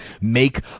make